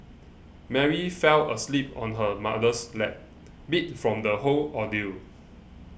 Mary fell asleep on her mother's lap beat from the whole ordeal